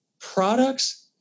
products